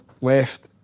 left